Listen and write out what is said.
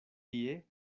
tie